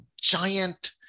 giant